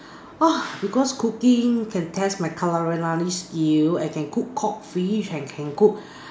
oh because cooking can test my culinary skills I can cook cod fish I can cook